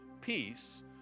peace